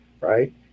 right